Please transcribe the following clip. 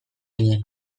ginen